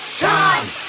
time